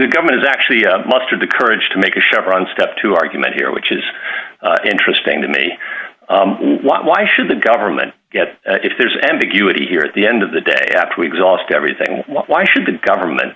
the government is actually mustered the courage to make a chevron step to argument here which is interesting to me why should the government get if there's ambiguity here at the end of the day after we exhaust everything why should the government